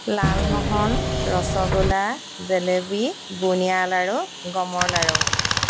লালমহন ৰছগোলা জেলেবি বুন্দিয়া লাড়ু গমৰ লাড়ু